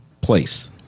place